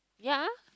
ya